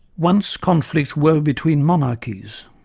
once conflicts were between monarchies,